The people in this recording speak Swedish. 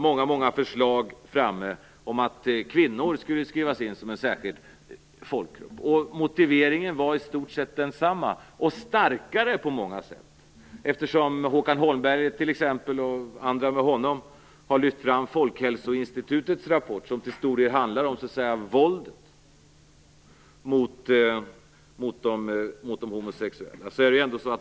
Många förslag kom fram om att kvinnor skulle skrivas in som en särskild folkgrupp. Motiveringen var i stort sett densamma och på många sätt starkare. Håkan Holmberg och andra med honom har lyft fram Folkhälsoinstitutets rapport som till stor del handlar om våld mot homosexuella.